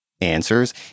answers